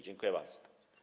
Dziękuję bardzo.